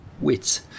Wits